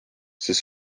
siis